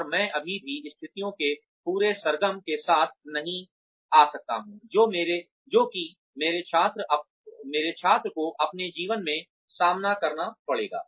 और मैं अभी भी स्थितियों के पूरे सरगम के साथ नहीं आ सकता हूँ जो कि मेरे छात्र को अपने जीवन में सामना करना पड़ेगा